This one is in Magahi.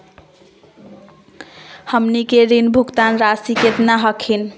हमनी के ऋण भुगतान रासी केतना हखिन?